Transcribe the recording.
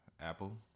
Apple